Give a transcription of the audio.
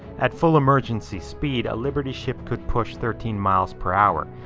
at full emergency speed, a liberty ship could push thirteen miles per hour.